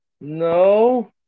No